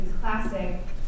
classic